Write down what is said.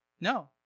No